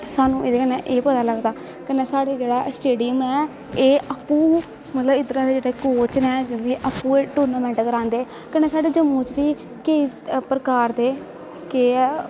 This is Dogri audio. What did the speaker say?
साह्नू एह्दे कन्नै एह् पता लगदा कन्नैं साढ़े जेह्ड़ा स्टेडियम ऐ एह् अपू मतलव इध्दरा दे जेह्ड़े कोच नै एह् आपूं गै टूर्नामैंट करांदे कन्नैं साढ़े जम्मू च बी केई प्रकार दे केह् ऐ